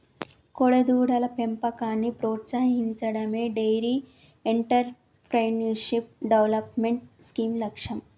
కోడెదూడల పెంపకాన్ని ప్రోత్సహించడమే డెయిరీ ఎంటర్ప్రెన్యూర్షిప్ డెవలప్మెంట్ స్కీమ్ లక్ష్యం